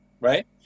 right